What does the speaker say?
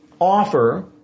offer